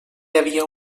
havia